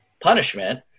punishment